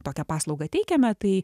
tokią paslaugą teikiame tai